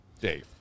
Dave